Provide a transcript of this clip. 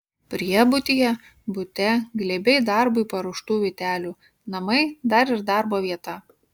priebutyje bute glėbiai darbui paruoštų vytelių namai dar ir darbo vieta